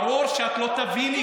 בסם אללה, ברור שאת לא תביני.